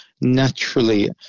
naturally